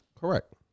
Correct